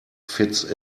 fits